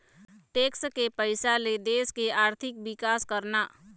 tax के पइसा ले देश के आरथिक बिकास करना